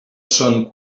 son